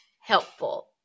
helpful